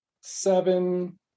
seven